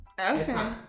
Okay